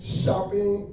Shopping